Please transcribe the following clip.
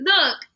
Look